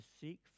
seek